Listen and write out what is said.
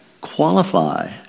qualify